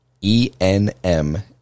E-N-M